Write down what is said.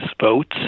votes